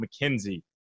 McKenzie